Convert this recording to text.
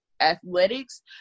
athletics